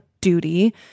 duty